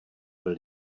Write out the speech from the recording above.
byl